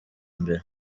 mbere